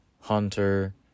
Hunter